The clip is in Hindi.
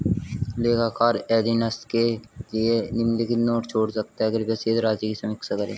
लेखाकार अधीनस्थ के लिए निम्नलिखित नोट छोड़ सकता है कृपया शेष राशि की समीक्षा करें